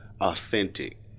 authentic